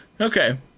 okay